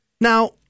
Now